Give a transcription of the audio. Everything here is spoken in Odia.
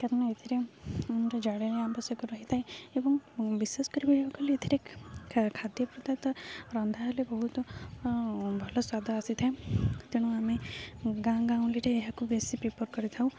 କାରଣ ଏଥିରେ ଜାଳେଣିର ଆବଶ୍ୟକ ରହିଥାଏ ଏବଂ ବିଶେଷ କରିି ଏଥିରେ ଖାଦ୍ୟପଦାର୍ଥ ତ ରନ୍ଧା ହେଲେ ବହୁତ ଭଲ ସ୍ୱାଦ ଆସିଥାଏ ତେଣୁ ଆମେ ଗାଁ ଗାଉଁଲିରେ ଏହାକୁ ବେଶି ପ୍ରିଫର କରିଥାଉ